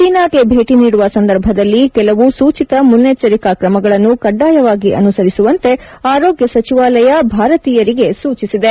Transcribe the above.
ಚೀನಾಗೆ ಭೇಟಿ ನೀಡುವ ಸಂದರ್ಭದಲ್ಲಿ ಕೆಲವು ಸೂಚಿತ ಮುನ್ನೆಚ್ಚರಿಕೆ ಕ್ರಮಗಳನ್ನು ಕಡ್ಡಾಯವಾಗಿ ಅನುಸರಿಸುವಂತೆ ಆರೋಗ್ಯ ಸಚಿವಾಲಯ ಭಾರತೀಯರಿಗೆ ಸೂಚನೆ ನೀಡಿದೆ